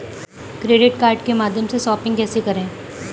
Credit card के माध्यम से शॉपिंग कैसे करें?